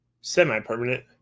semi-permanent